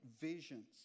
visions